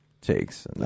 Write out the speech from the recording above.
takes